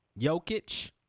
Jokic